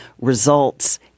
results